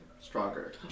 stronger